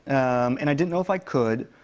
and i didn't know if i could.